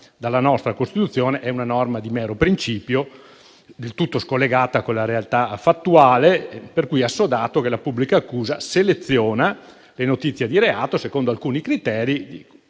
dalla nostra Costituzione, è una norma di mero principio, del tutto scollegata dalla realtà fattuale. Pertanto, è assodato che la pubblica accusa seleziona le notizie di reato secondo alcuni criteri